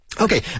Okay